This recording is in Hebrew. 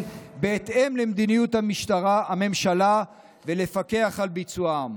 בהתאם למדיניות הממשלה ולפקח על ביצועם.